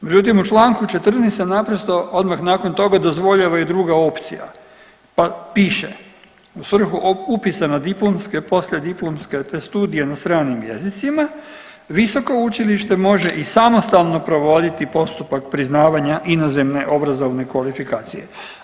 Međutim, u čl. 14 se naprosto odmah nakon toga dozvoljava i druga opcija, pa piše, u svrhu upisa na diplomske, poslijediplomske te studije na stranim jezicima, visoko učilište može i samostalno provoditi postupak priznavanja inozemne obrazovne kvalifikacije.